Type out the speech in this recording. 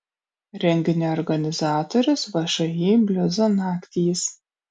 renginio organizatorius všį bliuzo naktys